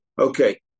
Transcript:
Okay